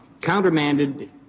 countermanded